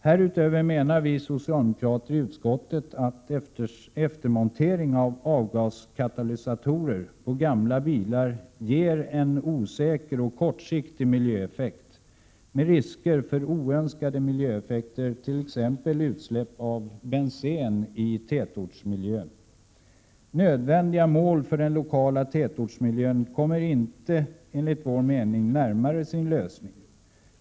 Härutöver menar vi socialdemokrater i utskottet att eftermontering av avgaskatalysatorer på gamla bilar ger en osäker och kortsiktig miljöeffekt med risker för oönskade miljöeffekter, t.ex. utsläpp av bensen i tätortsmiljöer. Nödvändiga mål för den lokala tätortsmiljön kommer inte närmare sin lösning.